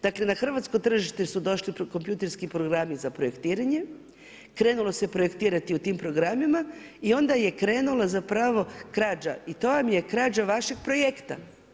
Dakle na hrvatsko tržište su došli kompjuterski programi za projektiranje, krenulo se projektirati u tim programima, i onda je krenulo zapravo krađa i to vam je krađa vašeg projekta.